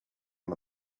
one